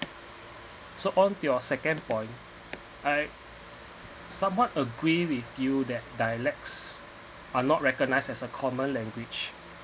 so on to your second point I'm somewhat agree with you that dialects are not recognised as a common language